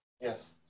Yes